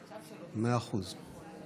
מאה אחוז.